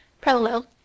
parallel